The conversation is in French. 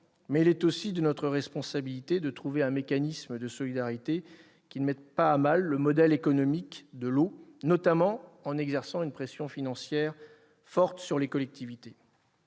Mais il est aussi de notre responsabilité de trouver un mécanisme de solidarité qui ne mette pas à mal le modèle économique de l'eau, notamment en exerçant une forte pression financière sur les collectivités